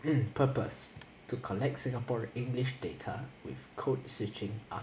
purpose to collect singapore english data with code switching ah